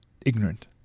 ignorant